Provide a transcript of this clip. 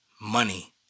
money